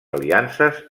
aliances